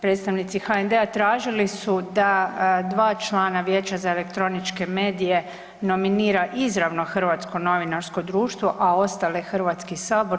Predstavnici HND-a tražili su da dva člana Vijeća za elektroničke medije nominira izravno Hrvatsko novinarsko društvo, a ostale Hrvatski sabor.